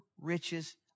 riches